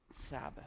Sabbath